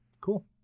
Cool